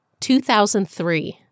2003